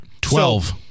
Twelve